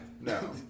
no